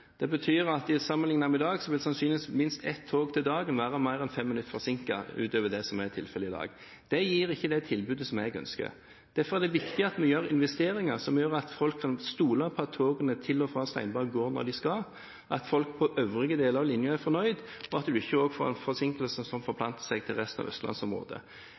Det betyr at sammenlignet med i dag vil sannsynligvis minst ett tog per dag være mer enn 5 minutter forsinket utover det som er tilfellet i dag. Det gir ikke det tilbudet som jeg ønsker. Derfor er det viktig at vi gjør investeringer som gjør at folk kan stole på at togene til og fra Steinberg går når de skal, at folk langs øvrige deler av linjen er fornøyd, og at en ikke også får en forsinkelse som forplanter seg til resten av østlandsområdet.